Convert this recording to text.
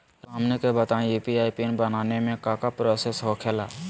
रहुआ हमनी के बताएं यू.पी.आई पिन बनाने में काका प्रोसेस हो खेला?